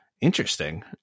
interesting